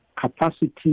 capacity